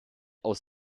aus